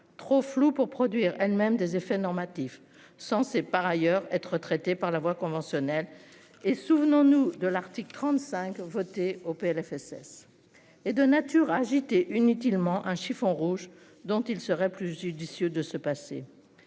trop flou pour produire elles-mêmes des effets normatif sans s'est par ailleurs être traité par la voie conventionnelle et souvenons-nous de l'article 35, voter au PLFSS est de nature agiter eu inutilement un chiffon rouge dont il serait plus judicieux de se passer.